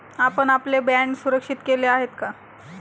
आपण आपले बाँड सुरक्षित केले आहेत का?